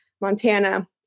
Montana